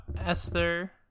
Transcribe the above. Esther-